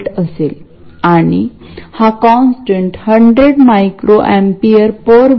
आपल्याला यासाठी आवश्यक असलेल्या सर्व प्रिन्सपलस विषयी आधीपासूनच माहिती आहे